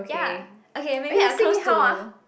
ya okay maybe I close to